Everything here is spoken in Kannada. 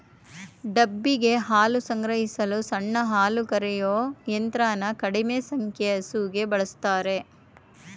ಡಬ್ಬಿಗೆ ಹಾಲು ಸಂಗ್ರಹಿಸಲು ಸಣ್ಣ ಹಾಲುಕರೆಯೋ ಯಂತ್ರನ ಕಡಿಮೆ ಸಂಖ್ಯೆ ಹಸುಗೆ ಬಳುಸ್ತಾರೆ